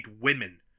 women